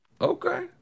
Okay